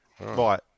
Right